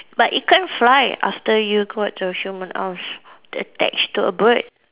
but it can't fly after you got a human arms attached to a bird